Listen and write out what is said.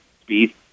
Speed